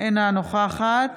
אינה נוכחת